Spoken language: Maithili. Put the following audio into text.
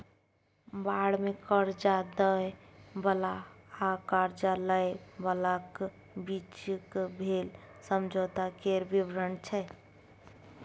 बांड मे करजा दय बला आ करजा लय बलाक बीचक भेल समझौता केर बिबरण छै